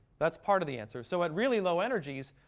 that's part of the answer. so at really low energies,